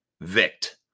Vict